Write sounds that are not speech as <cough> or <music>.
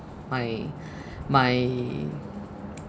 my <breath> my